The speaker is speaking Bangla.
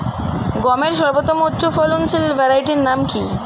গমের সর্বোত্তম উচ্চফলনশীল ভ্যারাইটি নাম কি?